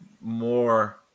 more